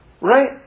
Right